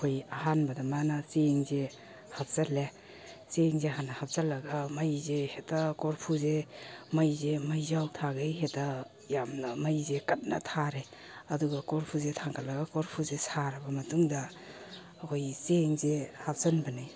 ꯑꯩꯈꯣꯏ ꯑꯍꯥꯟꯕꯗ ꯃꯥꯅ ꯆꯦꯡꯁꯦ ꯍꯥꯞꯆꯤꯜꯂꯦ ꯆꯦꯡꯁꯦ ꯍꯥꯟꯅ ꯍꯥꯞꯆꯤꯜꯂꯒ ꯃꯩꯁꯦ ꯍꯦꯛꯇ ꯀꯣꯔꯐꯨꯁꯦ ꯃꯩꯁꯦ ꯃꯩꯖꯥꯎ ꯊꯥꯒꯩ ꯍꯦꯛꯇ ꯌꯥꯝꯅ ꯃꯩꯁꯦ ꯀꯟꯅ ꯊꯥꯔꯦ ꯑꯗꯨꯒ ꯀꯣꯔꯐꯨꯁꯦ ꯊꯥꯡꯒꯠꯂꯒ ꯀꯣꯔꯐꯨꯁꯦ ꯁꯥꯔꯕ ꯃꯇꯨꯡꯗ ꯑꯩꯈꯣꯏꯒꯤ ꯆꯦꯡꯁꯦ ꯍꯥꯞꯆꯤꯟꯕꯅꯤ